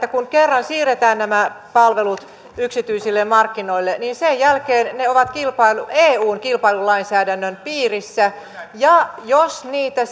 kun kerran siirretään nämä palvelut yksityisille markkinoille sen jälkeen ne ovat eun kilpailulainsäädännön piirissä ja jos niitä